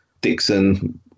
Dixon